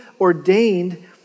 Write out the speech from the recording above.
ordained